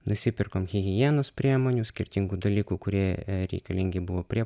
nusipirkom higienos priemonių skirtingų dalykų kurie reikalingi buvo prie